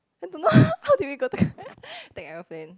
I don't know how did we go take aeroplane